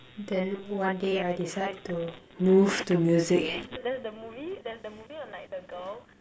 then one day I decide to move to music